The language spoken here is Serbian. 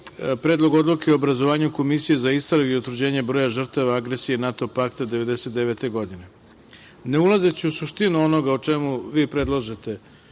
Predlog odluke o obrazovanju Komisije za istrage i utvrđenje broja žrtava agresije NATO pakta 1999. godine. Ne ulazeći u suštinu onoga što vi predlažete,